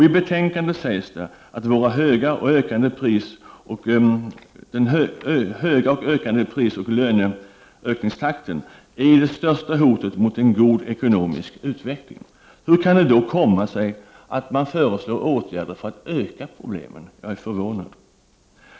I betänkandet sägs det att vår höga och ökande prisoch löneökningstakt är det största hotet mot en god ekonomisk utveckling. Hur kan det då komma sig att man föreslår åtgärder för att öka problemen? Jag är förvånad.